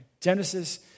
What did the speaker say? Genesis